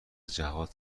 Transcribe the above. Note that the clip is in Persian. جهات